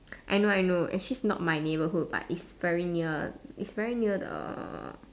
I know I know actually it's not my neighbourhood but it's very near it's very near the